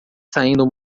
saindo